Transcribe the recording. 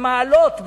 במעלות,